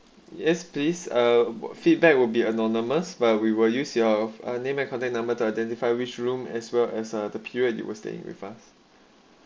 yes please uh feedback will be anonymous while we will use your name and contact number to identify which room as well as the period were staying with us